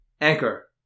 Anchor